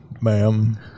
ma'am